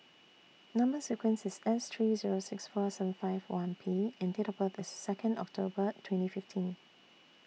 Number sequence IS S three Zero six four seven five one P and Date of birth IS Second October twenty fifteen